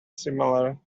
similar